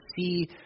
see